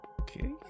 Okay